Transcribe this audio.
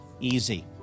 easy